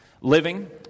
living